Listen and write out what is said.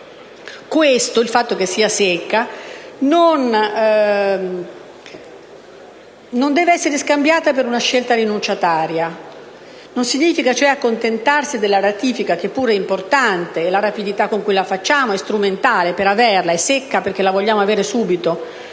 Paese, ma questo non deve essere scambiato per una scelta rinunciataria. Questo non significa accontentarsi della ratifica - che è importante e la rapidità con cui la facciamo è strumentale ed è «secca» perché la vogliamo avere subito,